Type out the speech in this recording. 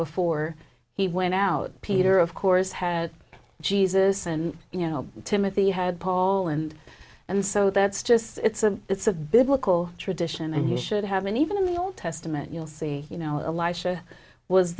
before he went out peter of course had jesus and you know timothy had paul and and so that's just it's a it's a biblical tradition and he should have been even in the old testament you'll see you know